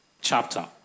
chapter